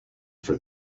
for